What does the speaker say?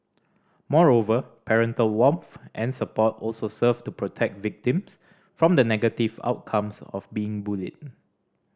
moreover parental warmth and support also serve to protect victims from the negative outcomes of being bullied